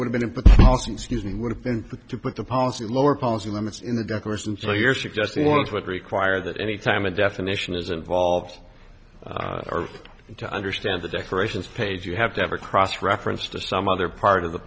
would have been put also excusing would have been to put the policy lower policy limits in the declaration so you're suggesting or it would require that any time a definition is involved or to understand the decorations page you have to ever cross reference to some other part of the